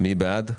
מי בעד?